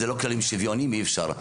זה לא כללים שוויוניים ואי אפשר.